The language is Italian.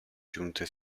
giunte